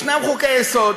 ישנם חוקי-יסוד,